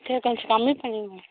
சரி கொஞ்சம் கம்மி பண்ணிக்கோங்க